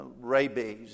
rabies